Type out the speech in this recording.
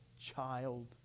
child